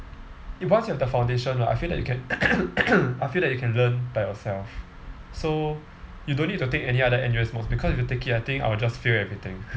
once you have the foundation like I feel like you can I feel that you can learn by yourself so you don't need to take any other N_U_S mods because if you take it I think I will just fail everything